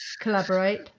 collaborate